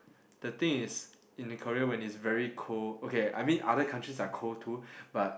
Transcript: the thing is in the Korea when it's very cold okay I mean other countries are cold too but